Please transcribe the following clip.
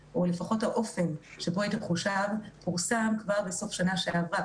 האופן שבו היא תחושב פורסם כבר בסוף שנה שעברה,